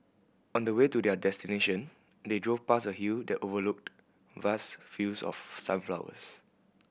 on the way to their destination they drove past a hill that overlooked vast fields of sunflowers